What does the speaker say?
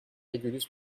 régulus